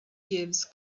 gives